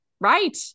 right